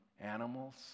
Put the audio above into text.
animals